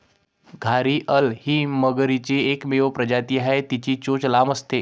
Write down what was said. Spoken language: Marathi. घारीअल ही मगरीची एकमेव प्रजाती आहे, तिची चोच लांब असते